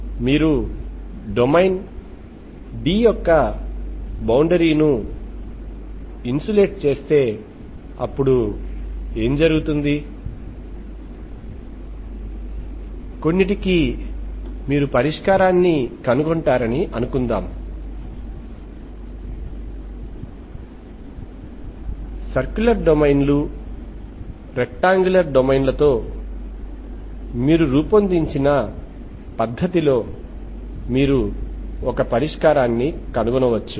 మీరు domain D యొక్క బౌండరీను ఇన్సులేట్ చేస్తే అప్పుడు ఏమి జరుగుతుంది కొన్నింటికి మీరు పరిష్కారాన్ని కనుగొంటారని అనుకుందాం సర్క్యులర్ డొమైన్ లు రెక్టాంగులర్ డొమైన్ల తో మీరు రూపొందించిన పద్ధతిలో మీరు ఒక పరిష్కారాన్ని కనుగొనవచ్చు